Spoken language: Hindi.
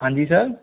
हाँ जी सर